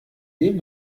dem